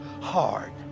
hard